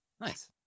Nice